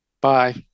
Bye